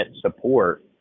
support